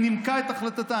היא נימקה את החלטתה.